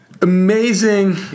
Amazing